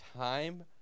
time